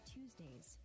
Tuesdays